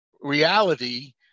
reality